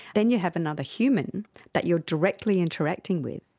then you have another human that you are directly interacting with,